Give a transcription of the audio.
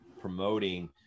promoting